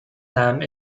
lamb